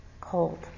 Cold